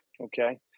okay